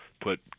put